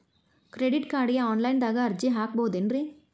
Credit ಕಾರ್ಡ್ಗೆ online ದಾಗ ಅರ್ಜಿ ಹಾಕ್ಬಹುದೇನ್ರಿ?